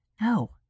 No